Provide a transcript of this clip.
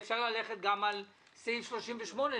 אפשר ללכת גם על סעיף 38,